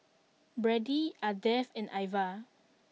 Brady Ardeth and Iva